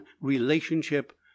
relationship